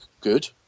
good